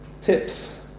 tips